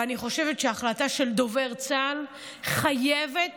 ואני חושבת שההחלטה של דובר צה"ל חייבת